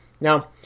Now